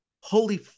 holy